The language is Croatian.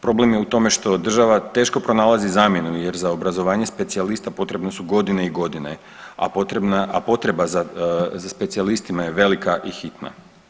Problem je u tome što država teško pronalazi zamjenu, jer za obrazovanje specijalista potrebne su godine i godine, a potreba za specijalistima je velika i hitna.